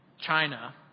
China